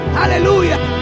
hallelujah